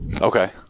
Okay